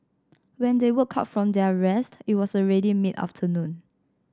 when they woke up from their rest it was already mid afternoon